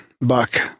buck